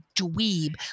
dweeb